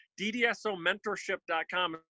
ddsomentorship.com